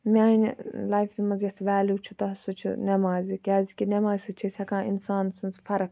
میانہٕ لایفہِ مَنٛز یَتھ ویلِو چھُ تَتھ سُہ چھُ نٮ۪مازِ کیازکہِ نٮ۪ماز سۭتۍ چھِ أسۍ ہیٚکان اِنسان سٕنٛز فَرَق